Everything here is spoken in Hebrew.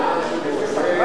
מזלזלים.